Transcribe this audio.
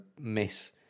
miss